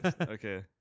okay